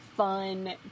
fun